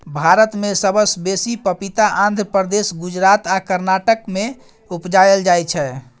भारत मे सबसँ बेसी पपीता आंध्र प्रदेश, गुजरात आ कर्नाटक मे उपजाएल जाइ छै